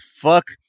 fuck